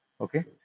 okay